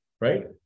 right